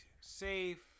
safe